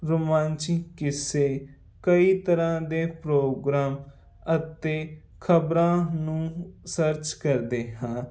ਰੋਮਾਂਚੀ ਕਿਸੇ ਕਈ ਤਰ੍ਹਾਂ ਦੇ ਪ੍ਰੋਗਰਾਮ ਅਤੇ ਖਬਰਾਂ ਨੂੰ ਸਰਚ ਕਰਦੇ ਹਾਂ